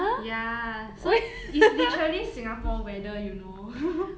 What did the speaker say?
ya so it's literally singapore weather you know